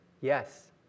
Yes